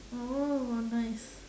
oh nice